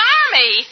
army